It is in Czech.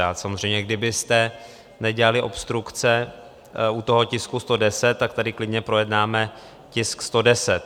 A samozřejmě kdybyste nedělali obstrukce u toho tisku 110, tak tady klidně projednáme tisk 110.